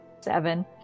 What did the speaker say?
Seven